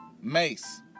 mace